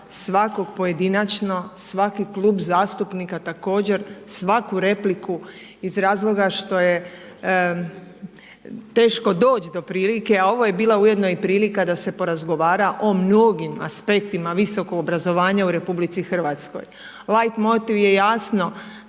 svakog pojedinačno, svaki klub zastupnika također, svaku repliku iz razloga što je teško doći do prilike, a ovoj bila ujedno i prilika da se porazgovara o mnogim aspektima visokog obrazovanja u RH. Lait motiv je jasno